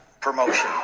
promotion